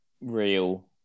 real